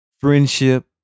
Friendship